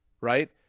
right